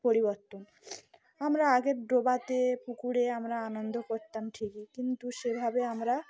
পরিবর্তন আমরা আগের ডোবাতে পুকুরে আমরা আনন্দ করতাম ঠিকই কিন্তু সেভাবে আমরা